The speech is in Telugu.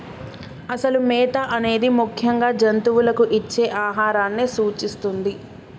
అసలు మేత అనేది ముఖ్యంగా జంతువులకు ఇచ్చే ఆహారాన్ని సూచిస్తుంది